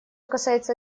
касается